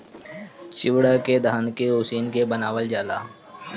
चिवड़ा के धान के उसिन के बनावल जाला